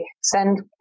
send